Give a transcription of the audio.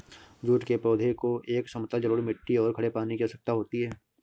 jute के पौधे को एक समतल जलोढ़ मिट्टी और खड़े पानी की आवश्यकता होती है